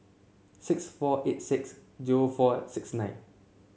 six four eight six zero four six nine